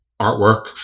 artwork